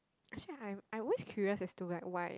actually I I always curious as to like why